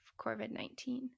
COVID-19